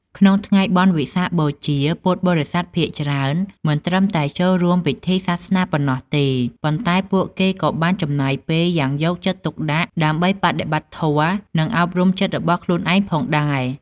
ក្នុងថ្ងៃបុណ្យវិសាខបូជា ពុទ្ធបរិស័ទភាគច្រើនមិនត្រឹមតែចូលរួមពិធីសាសនាប៉ុណ្ណោះទេ ប៉ុន្តែពួកគេក៏បានចំណាយពេលយ៉ាងយកចិត្តទុកដាក់ដើម្បីបដិបត្តិធម៌ និងអប់រំចិត្តរបស់ខ្លួនផងដែរ។